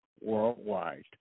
worldwide